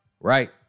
Right